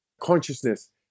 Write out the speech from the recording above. consciousness